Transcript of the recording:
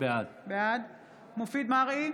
בעד מופיד מרעי,